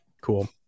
Cool